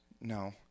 No